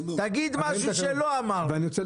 תגיד משהו שלא אמרנו.